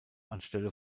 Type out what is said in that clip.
anstelle